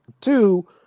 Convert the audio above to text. Two